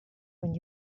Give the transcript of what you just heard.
when